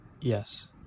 Yes